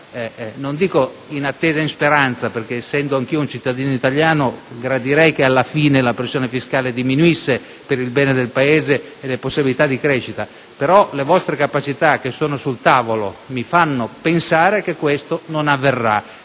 non dico in attesa e in speranza, anche se essendo anch'io un cittadino italiano gradirei che alla fine la pressione fiscale diminuisse per il bene del Paese e le possibilità di crescita), perché le vostre capacità, che sono sul tavolo, mi fanno pensare che questo non avverrà.